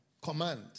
command